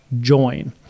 join